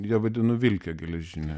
ją vadinu vilke geležine